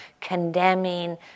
condemning